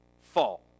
fall